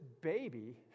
baby